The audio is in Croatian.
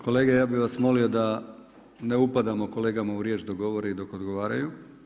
Kolega ja bi vas molio da ne upadamo kolegama u riječ dok govori i dok odgovaraju.